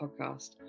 podcast